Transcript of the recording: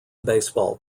baseball